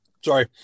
Sorry